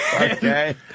Okay